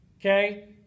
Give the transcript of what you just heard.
okay